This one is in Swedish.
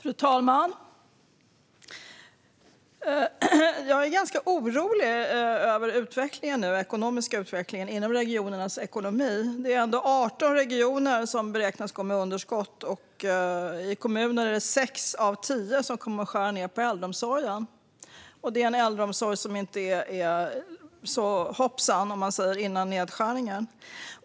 Fru talman! Jag är ganska orolig för regionernas ekonomiska utveckling. Det är ändå 18 regioner som beräknas gå med underskott, och bland kommunerna kommer 6 av 10 att skära ned på äldreomsorgen. Det är en äldreomsorg som inte är så hoppsan, så att säga, ens före nedskärningen.